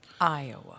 Iowa